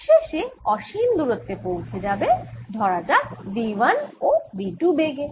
শেষে অসীম দূরত্বে পৌঁছে যাবে ধরা যাক v1 ও v2 বেগে